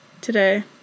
today